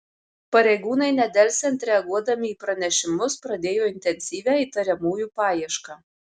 pareigūnai nedelsiant reaguodami į pranešimus pradėjo intensyvią įtariamųjų paiešką